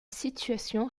situation